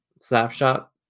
snapshot